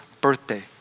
birthday